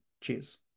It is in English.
cheers